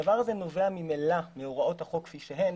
זה נובע ממילא מהוראות החוק, משום